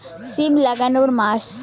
সিম লাগানোর মাস?